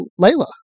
Layla